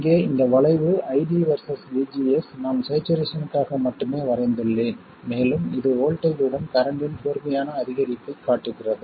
இங்கே இந்த வளைவு ID வெர்சஸ் VGS நான் சேச்சுரேஷனுக்காக மட்டுமே வரைந்துள்ளேன் மேலும் இது வோல்ட்டேஜ் உடன் கரண்ட்டின் கூர்மையான அதிகரிப்பைக் காட்டுகிறது